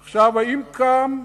עכשיו, האם קם מישהו,